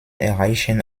erreichen